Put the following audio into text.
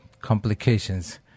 complications